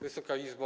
Wysoka Izbo!